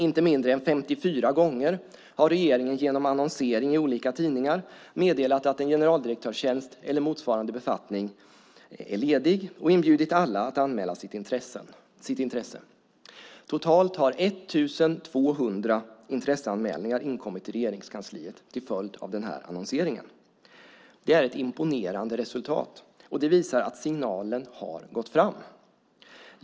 Inte mindre än 54 gånger har regeringen genom annonsering i olika tidningar meddelat att en generaldirektörstjänst eller motsvarande befattning är ledig och inbjudit alla att anmäla sitt intresse. Totalt har 1 200 intresseanmälningar inkommit till Regeringskansliet till följd av annonseringen. Det är ett imponerande resultat, och det visar att signalen har gått fram.